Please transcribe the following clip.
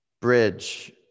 Bridge